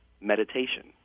meditation